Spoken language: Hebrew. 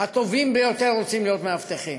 הטובים ביותר רוצים להיות מאבטחים.